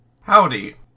howdy